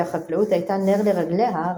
שהחקלאות הייתה נר לרגליה,